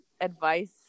advice